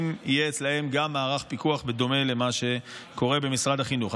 אם יהיה גם אצלם מערך פיקוח בדומה למה שקורה במשרד החינוך.